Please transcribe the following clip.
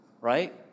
right